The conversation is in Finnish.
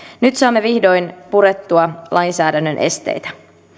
nyt saamme vihdoin purettua lainsäädännön esteitä